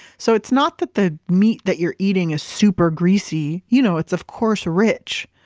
so it's not that the meat that you're eating is super greasy. you know it's, of course, rich,